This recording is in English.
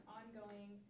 ongoing